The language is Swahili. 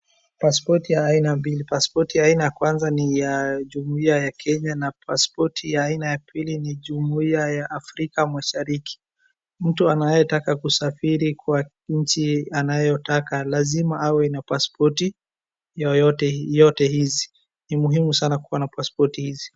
Pasipoti ya aina mbili, pasipoti ya kwanza ni ya Jumuiya ya Kenya na pasipoti ya aina ya pili ni ya Jumuiya ya Afrika Mashariki. Mtu anayetaka kusafiri kwa nchi anayotaka lazima awe na pasipoti yoyote yote hizi, ni muhimu sana kukuwa na pasipoti hizi.